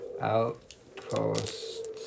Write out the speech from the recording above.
outpost